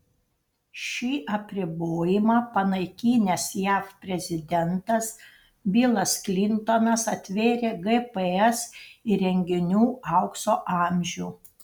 šį apribojimą panaikinęs jav prezidentas bilas klintonas atvėrė gps įrenginių aukso amžių